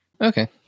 Okay